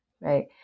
right